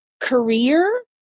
career